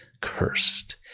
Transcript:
cursed